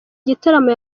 gitaramo